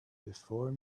before